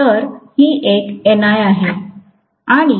तर ही एक Ni आहे